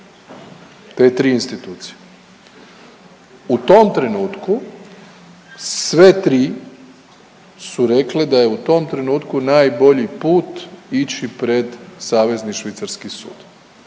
te tri institucije. U tom trenutku sve tri su rekle da je u tom trenutku najbolji put ići pred Savezni švicarski sud.